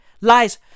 lies